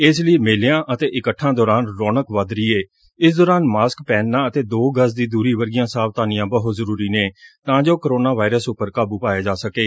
ਇਸ ਲਈ ਮੇਲਿਆਂ ਅਤੇ ਇਕੱਠਾਂ ਦੌਰਾਨ ਰੌਣਕ ਵੱਧ ਰਹੀ ਏ ਇਸ ਦੌਰਾਨ ਮਾਸਕ ਪਹਿਨਣਾ ਅਤੇ ਦੋ ਗਜ਼ ਦੀ ਦੂਰੀ ਵਰਗੀਆਂ ਸਾਵਧਾਨੀਆਂ ਬਹੁਤ ਜ਼ਰੂਰੀ ਨੇ ਤਾਂ ਜੋ ਕੋਰੋਨਾ ਵਾਇਰਸ ਉਪਰ ਕਾਬੁ ਪਾਇਆ ਜਾ ਸਕੇ